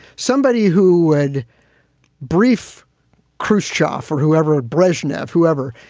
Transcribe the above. somebody who would brief khrushchev or whoever brezhnev, whoever,